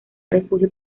refugio